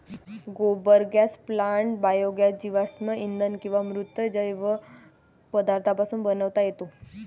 गोबर gas plant biogas जीवाश्म इंधन किंवा मृत जैव पदार्थांपासून बनवता येतो